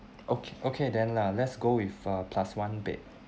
o~ okay then uh let's go with uh plus one bed